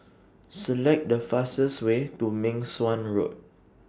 Select The fastest Way to Meng Suan Road